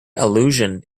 allusion